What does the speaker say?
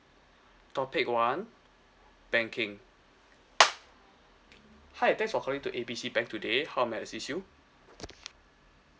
topic one banking hi thanks for calling to A B C bank today how may I assist you